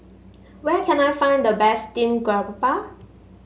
where can I find the best Steamed Garoupa